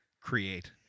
Create